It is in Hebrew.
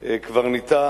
של קברניטה